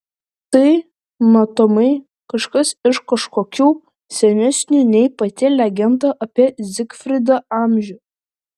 tai matomai kažkas iš kažkokių senesnių nei pati legenda apie zigfridą amžių